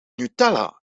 nutella